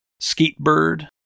Skatebird